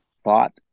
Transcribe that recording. thought